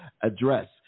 address